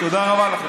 תודה רבה לכם.